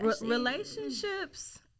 Relationships